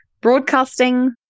broadcasting